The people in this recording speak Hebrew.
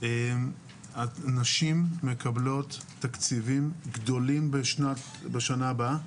הנשים מקבלות תקציבים גדולים בשנה הבאה.